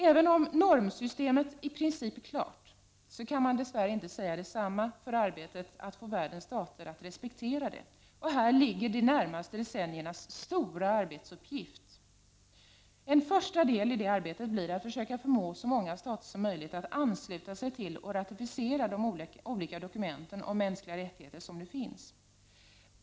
Även om normsystemet i princip är klart, kan man dess värre inte säga detsamma om arbetet att få världens stater att respektera det. Här ligger de närmaste decenniernas stora arbetsuppgift. En första del i det arbetet blir att söka förmå så många stater som möjligt att ansluta sig till och ratificera de olika dokument om mänskliga rättigheter som nu finns.